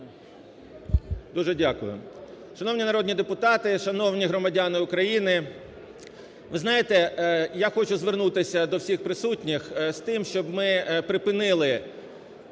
Дуже дякую. Шановні народні депутати, шановні громадяни України, ви знаєте, я хочу звернутися до всіх присутніх з тим, щоб ми припинили